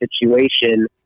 situation